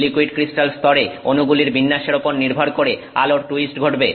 liquid crystal স্তরে অনুগুলির বিন্যাসের ওপর নির্ভর করে আলোর টুইস্ট হবে